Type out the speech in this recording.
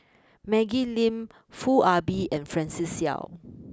Maggie Lim Foo Ah Bee and Francis Seow